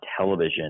television